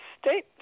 State